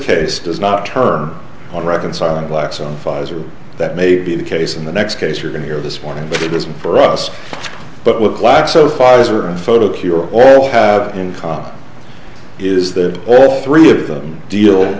case does not turn on reconciling blacks on pfizer that may be the case in the next case you're going here this morning but it isn't for us but with glaxo pfizer and photo cure all have in common is that all three of them deal